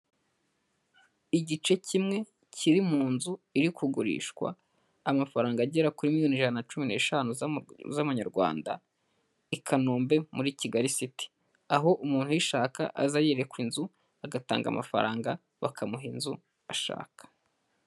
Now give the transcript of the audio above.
Igice kimwe kiri mu nzu iri kugurishwa amafaranga agera kuri miliyoni ijana cumi n'eshanu z'amanyarwanda, i Kanombe muri Kigali city, aho umuntu uyishaka aza yerekwa inzu, agatanga amafaranga bakamuha inzu ashaka.